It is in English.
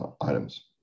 items